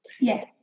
yes